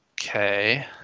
okay